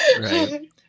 Right